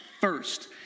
first